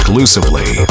Exclusively